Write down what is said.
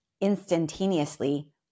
instantaneously